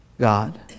God